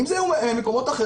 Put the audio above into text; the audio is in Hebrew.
אם זה היה מקומות אחרים,